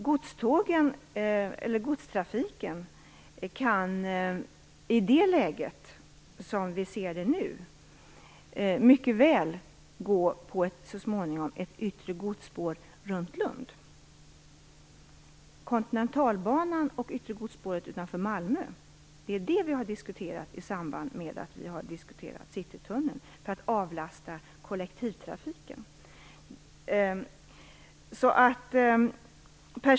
Som vi ser det nu kan godstrafiken i det läget så småningom mycket väl gå på ett yttre godsspår runt Lund. Kontinentalbanan och det yttre spåret utanför Malmö har vi diskuterat i samband med Citytunneln. De skall avlasta kollektivtrafiken.